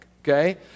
okay